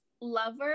lover